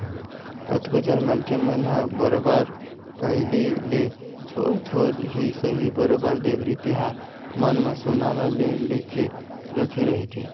कतको झन मनखे मन ह बरोबर पहिली ले थोर थोर ही सही बरोबर देवारी तिहार मन म सोना ल ले लेके रखे रहिथे